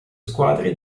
squadre